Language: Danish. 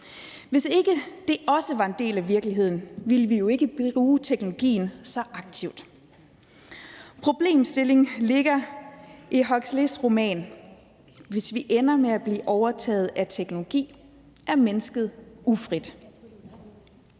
Hvis ikke det også var en del af virkeligheden, ville vi jo ikke bruge teknologien så aktivt. Problemstillingen ligger i Huxleys roman. Hvis vi ender med at blive overtaget af teknologi, er mennesket ufrit.